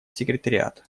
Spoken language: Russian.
секретариат